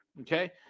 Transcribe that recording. Okay